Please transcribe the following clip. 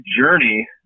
journey